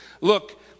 look